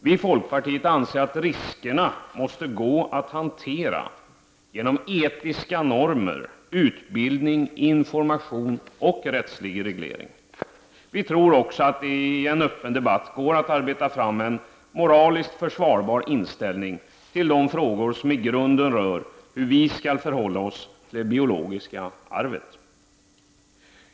Vi i folkpartiet anser att riskerna måste gå att hantera genom etiska normer, utbildning, information och rättslig reglering. Vi tror också att det i en öppen debatt går att arbeta fram en moraliskt försvarbar hållning till de frågor som i grunden rör hur vi skall förhålla oss till det biologiska arvet.